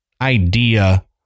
idea